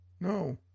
no